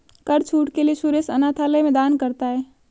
कर छूट के लिए सुरेश अनाथालय में दान करता है